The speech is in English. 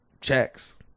checks